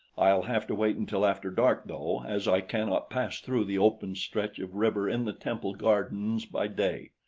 i'll have to wait until after dark, though, as i cannot pass through the open stretch of river in the temple gardens by day.